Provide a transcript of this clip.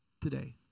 today